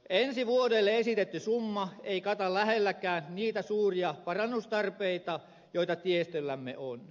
ensi vuodelle esitetty summa ei kata lähellekään niitä suuria parannustarpeita joita tiestöllämme on